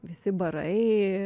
visi barai